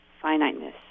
finiteness